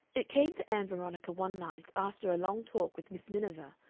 it came to ann veronica one night after a long talk with miss miniver,